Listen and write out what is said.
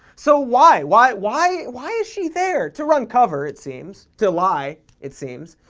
so, why? why. why. why is she there? to run cover, it seems. to lie, it seems.